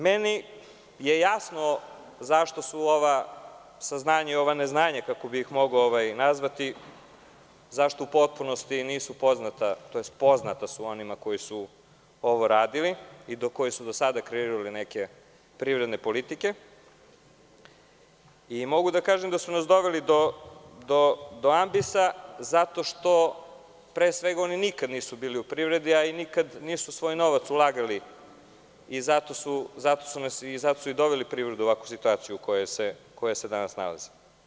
Meni je jasno zašto ova saznanja i ova neznanja, kako bi ih mogao nazvati, u potpunosti nisu poznata tj. poznata su onima koji su ovo radili i zbog kojih smo do sada kreirali neke privredne politike i mogu da kažem da su nas doveli do ambisa zato što oni nikada nisu bili u privredi i nikada nisu svoj novac ulagali i zato su i doveli privredu u ovakvu situaciju u kojoj se danas nalazi.